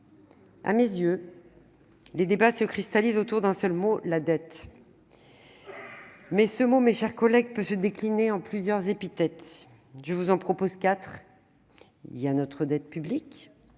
À mes yeux, les débats se cristallisent autour d'un seul mot : la dette. Mais ce mot peut être qualifié par plusieurs épithètes. Je vous en propose quatre : il y a notre dette publique,